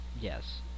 Yes